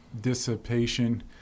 dissipation